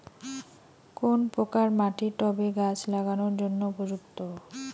কোন প্রকার মাটি টবে গাছ লাগানোর জন্য উপযুক্ত?